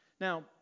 Now